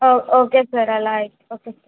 ఓ okay sir అలా అయితే okay sir